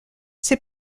ses